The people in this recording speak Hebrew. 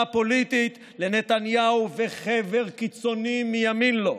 הפוליטית לנתניהו וחבר קיצונים מימין לו,